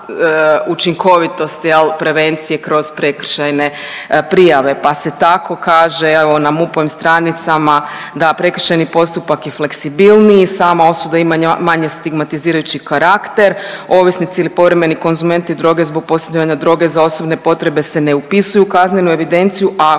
učinkovitost jel prevencije kroz prekršajne prijave. Pa se tako kaže evo na MUP-ovim stranicama da prekršajni postupak je fleksibilniji, sama osuda ima manje stigmatizirajući karakter, ovisnici ili povremeni konzumenti droge zbog posjedovanja droge za osobne potrebe se ne upisuju u kaznenu evidenciju, a